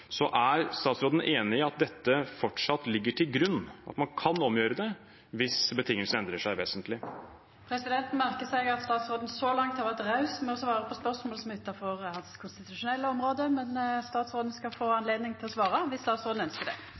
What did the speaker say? Er statsråden enig i at dette fortsatt ligger til grunn, at man kan omgjøre det hvis betingelsene endrer seg vesentlig? Presidenten merkar seg at statsråden så langt har vore raus med å svara på spørsmål som er utanfor hans konstitusjonelle område, men statsråden skal få anledning til å svara dersom statsråden ønskjer det. Først vil jeg takke presidenten for den viktige påpekningen, for det